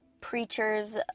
preachers